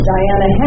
Diana